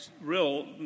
real